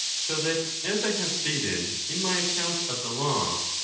so that, as i have stated in my account of the law,